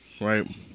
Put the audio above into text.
right